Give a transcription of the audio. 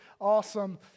Awesome